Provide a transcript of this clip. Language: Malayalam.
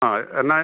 ആ എന്നാ